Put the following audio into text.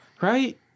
right